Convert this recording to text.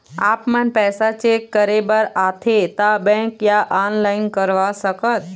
आपमन पैसा चेक करे बार आथे ता बैंक या ऑनलाइन करवा सकत?